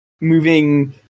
moving